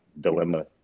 dilemma